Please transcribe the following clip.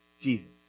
Jesus